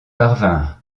parvinrent